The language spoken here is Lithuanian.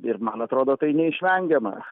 ir man atrodo tai neišvengiama